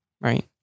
right